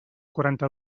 quaranta